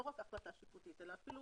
לא רק החלטה שיפוטית אלא אפילו